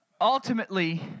ultimately